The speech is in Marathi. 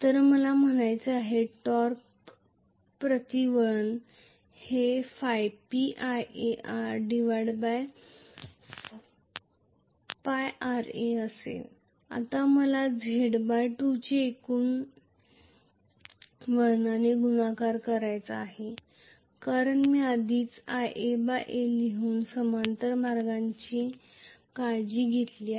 तर मला म्हणायचे आहे टॉर्क वळण P r Ia a r आता मला Z2 ची एकूण वळणाने गुणाकार करायचा आहे कारण मी आधीच Ia a लिहून समांतर मार्गांची काळजी घेतली आहे